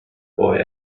boy